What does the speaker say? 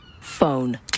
Phone